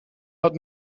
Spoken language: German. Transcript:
hat